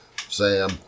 sam